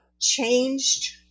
changed